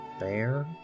bear